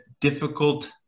difficult